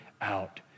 out